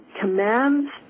commands